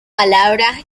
palabras